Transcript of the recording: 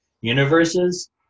universes